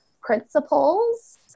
Principles